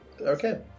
Okay